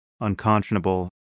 unconscionable